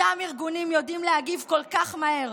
אותם ארגונים יודעים להגיב כל כך מהר,